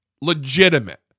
legitimate